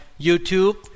YouTube